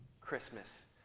Christmas